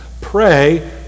pray